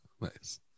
nice